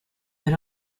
but